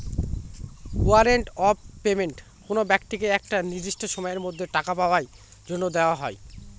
warrant of payment কোনো ব্যক্তিকে একটা নির্দিষ্ট সময়ের মধ্যে টাকা পাওয়ার জন্য দেওয়া হয়